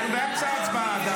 אנחנו עדיין באמצע ההצבעה.